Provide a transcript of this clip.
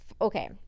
okay